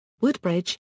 Woodbridge